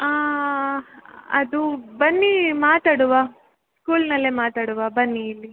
ಹಾಂ ಅದು ಬನ್ನಿ ಮಾತಾಡುವ ಸ್ಕೂಲಿನಲ್ಲೆ ಮಾತಾಡುವ ಬನ್ನಿ ಇಲ್ಲಿ